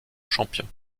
champion